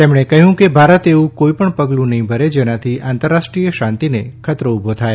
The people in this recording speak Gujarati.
તેમણે કહ્યું કે ભારત એવું કોઇપણ પગલું નહીં ભરે જેવાથી આંતરરાષ્રીઅેય શાંતિને ખતરો ઉભો થાય